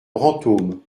brantôme